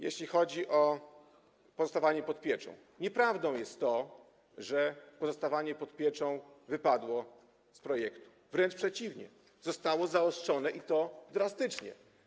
Jeśli chodzi o pozostawanie pod pieczą, nieprawdą jest to, że pozostawanie pod pieczą wypadło z projektu, wręcz przeciwnie: zostało zaostrzone, i to drastycznie.